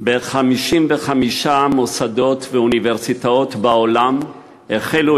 ב-55 מוסדות ואוניברסיטאות בעולם החלו